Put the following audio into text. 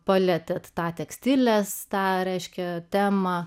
paletė tą tekstilės tą reiškia temą